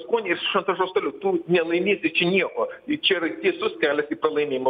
skonį jis šantažuos toliau tu nelaimėsi čia nieko ir čia yra tiesus kelias į pralaimėjimą